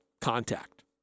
contact